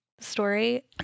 story